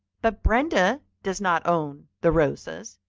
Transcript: but brenda does not own the rosas,